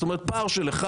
זאת אומרת, פער של אחד.